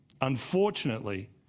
unfortunately